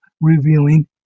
revealing